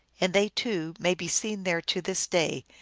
and they, too, may be seen there to this day,